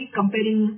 comparing